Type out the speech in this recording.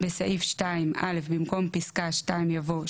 בסעיף 2 במקום פסקה 2 יבוא: